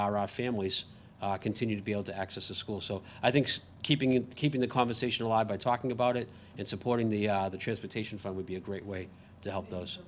are our families continue to be able to access a school so i think keeping in keeping the conversation alive by talking about it and supporting the transportation front would be a great way to help those